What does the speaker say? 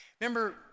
Remember